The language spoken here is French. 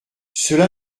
cela